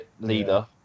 leader